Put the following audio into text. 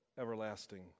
everlasting